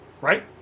Right